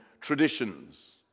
traditions